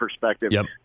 perspective